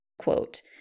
Quote